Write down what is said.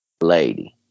Lady